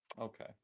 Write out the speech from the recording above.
okay